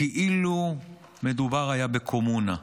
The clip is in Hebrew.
כאילו מדובר היה בקומונה.